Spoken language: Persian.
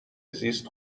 زیست